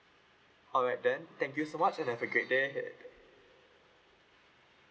all right then thank you so much and have a great day ahead